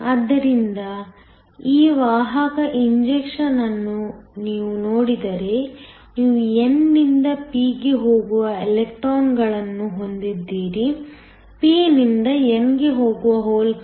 ಆದ್ದರಿಂದ ಈ ವಾಹಕ ಇಂಜೆಕ್ಷನ್ ಅನ್ನು ನೀವು ನೋಡಿದರೆ ನೀವು n ನಿಂದ p ಗೆ ಹೋಗುವ ಎಲೆಕ್ಟ್ರಾನ್ಗಳನ್ನು ಹೊಂದಿದ್ದೀರಿ p ನಿಂದ n ಗೆ ಹೋಗುವ ಹೋಲ್ಗಳು